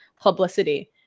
publicity